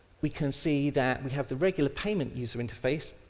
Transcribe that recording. we can see that we have the regular payment user interface,